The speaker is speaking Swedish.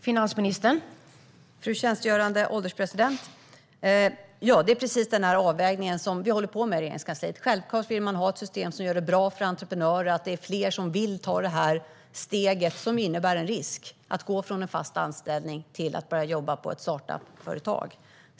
Fru ålderspresident! Det är precis den avvägningen vi håller på med i Regeringskansliet. Självklart vill vi ha ett system som gör det bra för entreprenörer så att det är fler som vill ta risken att gå från en fast anställning till att börja jobba på ett startup-företag.